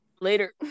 Later